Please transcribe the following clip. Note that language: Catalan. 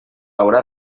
haurà